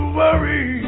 worry